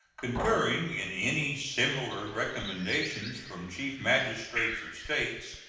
concurring in any similar recommendations from chief magistrates of states,